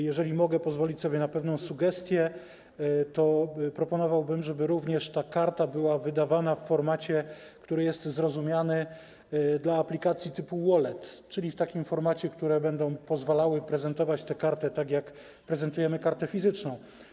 Jeżeli mogę pozwolić sobie na pewną sugestię, to proponowałbym, żeby również ta karta była wydawana w formacie, który jest zrozumiały dla aplikacji typu wallet, czyli w takim formacie, które będą pozwalały prezentować tę kartę tak, jak prezentujemy kartę fizyczną.